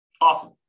Awesome